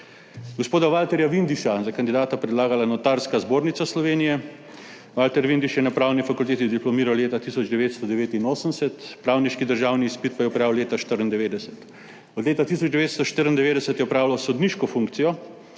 Gospoda Valterja Vindiša je za kandidata predlagala Notarska zbornica Slovenije. Valter Vindiš je na Pravni fakulteti diplomiral leta 1989, pravniški državni izpit pa je opravil leta 1994. Od leta 1994 je opravljal sodniško funkcijo,